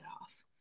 off